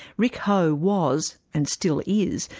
ric hou was, and still is,